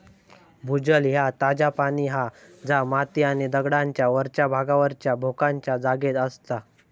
भूजल ह्या ताजा पाणी हा जा माती आणि दगडांच्या वरच्या भागावरच्या भोकांच्या जागेत असता